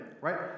right